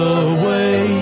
away